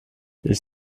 ich